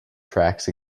tracks